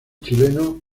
chileno